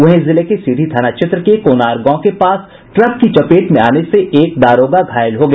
वहीं जिले के सीढ़ी थाना क्षेत्र के कोनार गांव के पास ट्रक की चपेट में आने से एक दारोगा घायल हो गया